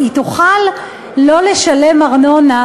שהיא תוכל לא לשלם ארנונה,